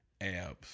abs